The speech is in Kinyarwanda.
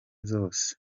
zose